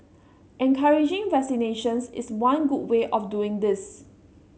encouraging vaccinations is one good way of doing this